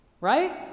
Right